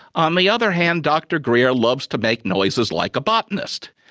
on the other hand, dr greer loves to make noises like a botanist.